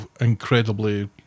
incredibly